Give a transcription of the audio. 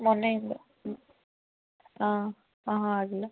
ಮೊನ್ನೆಯಿಂದ ಹ್ಞೂ ಹಾಂ ಹಾಂ ಹಾಂ ಆಗಿಲ್ಲ